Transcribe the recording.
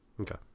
Okay